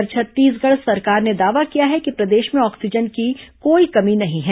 इधर छत्तीसगढ़ सरकार ने दावा किया है कि प्रदेश में ऑक्सीजन की कोई कमी नहीं है